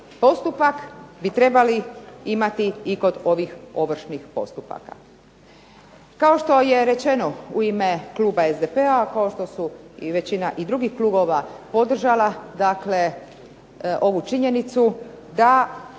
postupak bi trebali imati i kod ovih ovršnih postupaka. Kao što je rečeno u ime kluba SDP-a, kao što je i većina drugih klubova podržala ovu činjenicu da